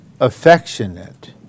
affectionate